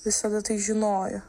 visada tai žinojo